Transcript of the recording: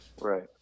Right